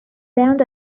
found